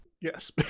Yes